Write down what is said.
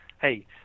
hey